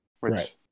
Right